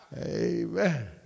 Amen